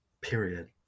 Period